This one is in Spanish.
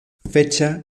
fecha